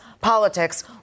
politics